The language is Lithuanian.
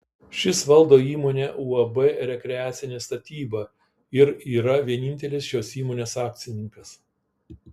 šis valdo įmonę uab rekreacinė statyba ir yra vienintelis šios įmonės akcininkas